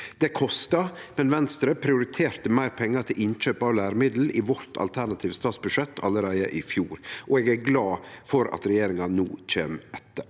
Det kostar, men Venstre prioriterte meir pengar til innkjøp av læremiddel i vårt alternative statsbudsjett allereie i fjor, og eg er glad for at regjeringa no kjem etter.